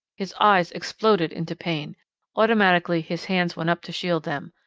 his eyes exploded into pain automatically his hands went up to shield them.